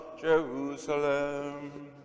Jerusalem